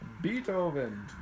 Beethoven